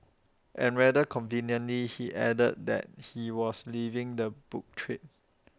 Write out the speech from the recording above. and rather conveniently he added that he was leaving the book trade